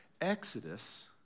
Exodus